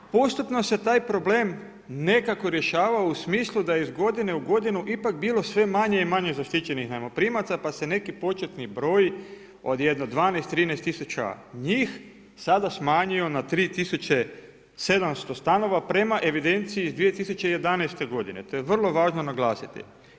Postupno se taj problem nekako rješavao u smislu da je iz godine u godinu ipak bilo sve manje i manje zaštićenih najmoprimaca pa se neki početni broj od jedno 12, 13 tisuća njih sada smanjio na 3 tisuće 700 stanova prema evidenciji iz 2011. godine, to je vrlo važno naglasiti.